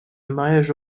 mariage